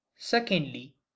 Secondly